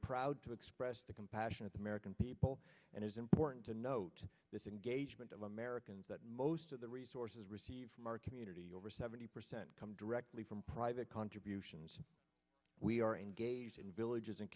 proud to express the compassion of the american people and it's important to note this engagement of americans that most of the resources receive from our community over seventy percent come only from private contributions we are engaged in villages and